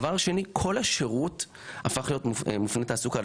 דבר שני, כל השירות הפך להיות מופנה תעסוקה.